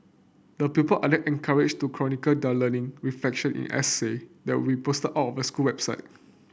the pupil are then encouraged to chronicle learning reflection in essay that will posted on the school website